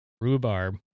Rhubarb